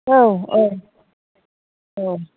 औ औ औ